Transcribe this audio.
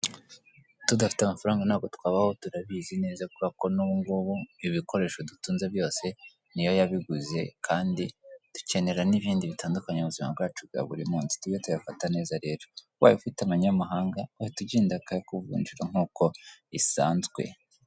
Tudafite amafaranga ntabwo twabaho turabizi neza kubera ko nubungubu ibikoresho dutunze byose niyo yabiguze, kandi dukenera n'ibindi bitandukanye mu buzima bwacu bwa buri munsi tujye tuyafata neza rero, ubaye ufite amanyamahanga, wahita ugenda bakayakuvunjira nk'uko bisanzwe.